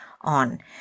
on